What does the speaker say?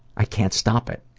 i can't stop it.